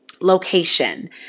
location